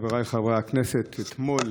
חבריי חברי הכנסת, אתמול